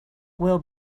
will